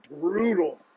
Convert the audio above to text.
brutal